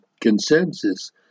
consensus